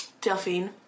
Delphine